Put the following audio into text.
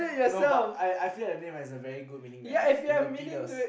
no but I feel I feel that name has a very good meaning that I Lapidas